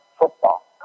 football